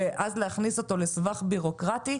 ואז להכניס אותו לסבך בירוקרטי,